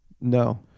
No